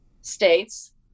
states